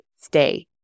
stay